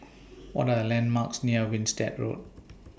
What Are The landmarks near Winstedt Road